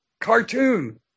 Cartoon